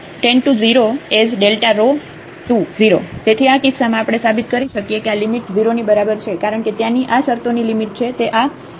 Notethatx≤1x≤1and12tendtozeroasΔρ→0 તેથી આ કિસ્સામાં આપણે સાબિત કરી શકીએ કે આ લિમિટ 0 ની બરાબર છે કારણ કે ત્યાંની આ શરતોની લિમિટ છે